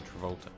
Travolta